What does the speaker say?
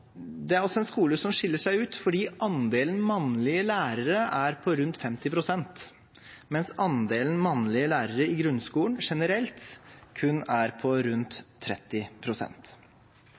Det er også en skole som skiller seg ut fordi andelen mannlige lærere er på rundt 50 pst., mens andelen mannlige lærere i grunnskolen generelt kun er på rundt